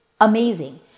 amazing